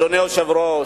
אדוני היושב-ראש,